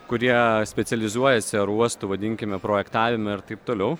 kurie specializuojasi oro uostų vadinkime projektavime ir taip toliau